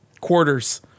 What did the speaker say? quarters